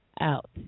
out